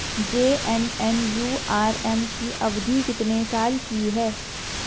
JNNURM की अवधि कितने साल की है?